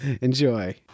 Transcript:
Enjoy